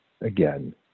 Again